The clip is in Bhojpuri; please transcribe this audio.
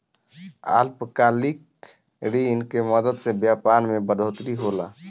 अल्पकालिक ऋण के मदद से व्यापार मे बढ़ोतरी होला